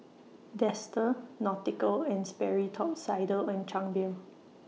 Dester Nautica and Sperry Top Sider and Chang Beer